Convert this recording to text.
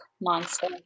monster